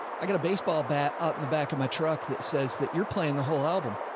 i got a baseball bat up in the back of my truck that says that you're playing the whole album.